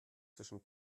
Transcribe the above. zwischen